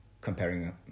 comparing